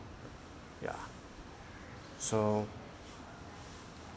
ya so